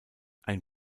ein